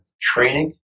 training